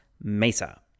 Mesa